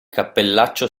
cappellaccio